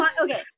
Okay